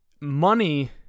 Money